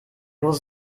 muss